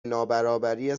نابرابری